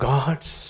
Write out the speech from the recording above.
God's